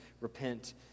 repent